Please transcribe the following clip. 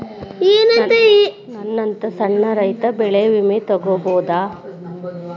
ನನ್ನಂತಾ ಸಣ್ಣ ರೈತ ಬೆಳಿ ವಿಮೆ ತೊಗೊಬೋದ?